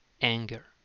anger